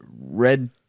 red